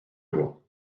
roi